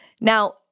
Now